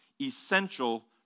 essential